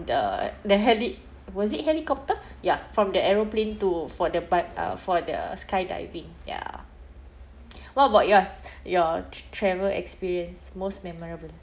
the the heli~ was it helicopter ya from the aeroplane to for the but uh for the skydiving ya what about yours your tr~ travel experience most memorable